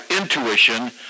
intuition